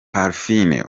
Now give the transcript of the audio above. parfine